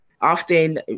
Often